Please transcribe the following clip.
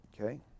Okay